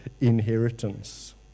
inheritance